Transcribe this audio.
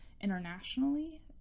internationally